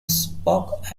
spock